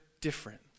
different